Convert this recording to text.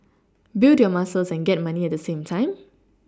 build your muscles and get money at the same time